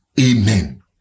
Amen